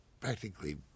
practically